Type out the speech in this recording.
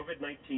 COVID-19